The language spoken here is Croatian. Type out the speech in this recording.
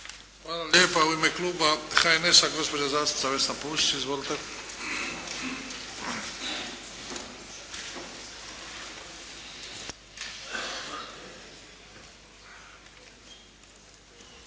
Hvala lijepa. U ime kluba HNS-a gospođa zastupnica Vesna Pusić. Izvolite.